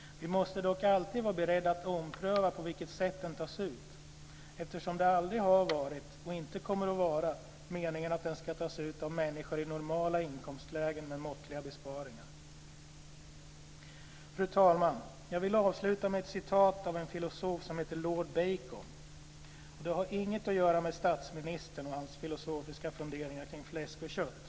Vi måste dock alltid vara beredda att ompröva på vilket sätt den tas ut, eftersom det aldrig har varit och inte kommer att vara meningen att den ska tas ut av människor i normala inkomstlägen med måttliga besparingar. Fru talman! Jag vill avsluta med ett citat från en filosof som heter lord Bacon. Det har ingenting att göra med statsministern och hans filosofiska funderingar kring fläsk och kött.